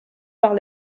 par